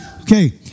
Okay